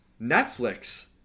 Netflix